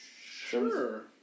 Sure